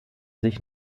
sich